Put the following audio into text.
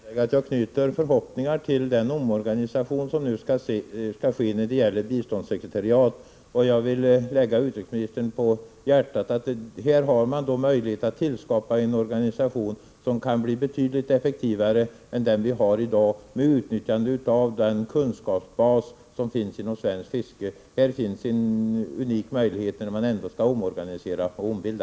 Herr talman! Jag sade i mitt första inlägg att jag knyter förhoppningar till den omorganisation som nu skall ske när det gäller biståndssekretariatet. Jag vill lägga utrikesministern på hjärtat att man här har möjlighet att skapa en organisation som kan bli betydligt effektivare än den vi har i dag, med utnyttjande av den kunskapsbas som finns inom svenskt fiske. Här finns en unik möjlighet när man ändå skall omorganisera och ombilda.